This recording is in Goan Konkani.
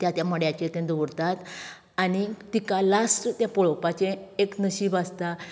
त्या त्या मड्याचेर तें दवरतात आनी तिका लास्ट तें पळोवपाचें एक नशीब आसता